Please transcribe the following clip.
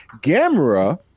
Gamera